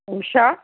Usha